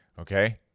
okay